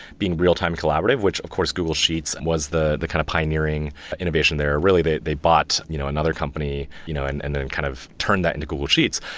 being real-time collaborative, which of course, google sheets was the the kind of pioneering innovation there. really, they they bought you know another company you know and and then kind of turned that into google sheets.